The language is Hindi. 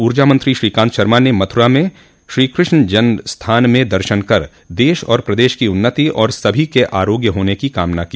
ऊर्जा मंत्री श्रोकान्त शर्मा ने मथुरा में श्रीकृष्ण जन्म स्थान में दर्शन कर देश और प्रदेश को उन्नति और सभी के आरोग्य होने की कामना की